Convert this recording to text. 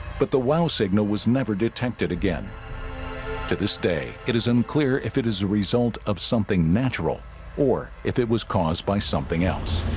but the wow signal was never detected again to this day it is unclear if it is a result of something natural or if it was caused by something else